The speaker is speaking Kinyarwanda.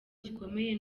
gikomeye